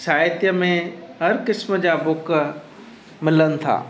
साहित्य में हर किस्मु जा बुक मिलनि था